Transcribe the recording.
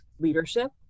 leadership